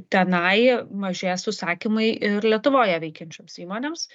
tenai mažės užsakymai ir lietuvoje veikiančioms įmonėms